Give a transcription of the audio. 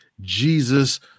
jesus